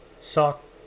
Sock